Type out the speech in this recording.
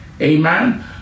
Amen